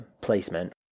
placement